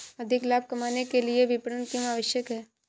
अधिक लाभ कमाने के लिए विपणन क्यो आवश्यक है?